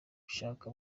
gushaka